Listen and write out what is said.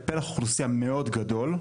לפלח אוכלוסין מאוד גדול,